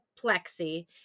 plexi